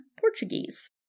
Portuguese